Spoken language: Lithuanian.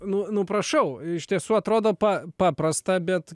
nu nu prašau iš tiesų atrodo pa paprastą bet